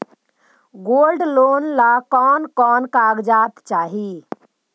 Gold loan ला कौन कौन कागजात चाही?